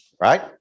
Right